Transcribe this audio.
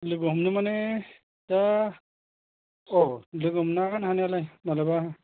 लोगो हमनो मानि दा अह लोगो हमनो हागोन हानायालाय मालाबा